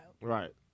Right